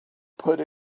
put